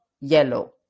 yellow